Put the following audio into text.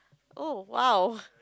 oh !wow!